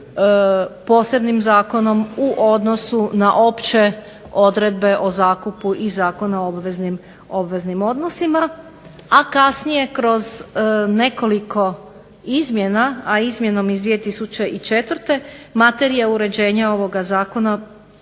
posebnim zakonom u odnosu na opće odredbe o zakupu i Zakona o obveznim odnosima, a kasnije kroz nekoliko izmjena,a izmjenom iz 2004. Materija uređenja ovoga Zakona